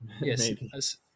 Yes